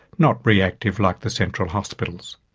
not reactive like the central hospitals.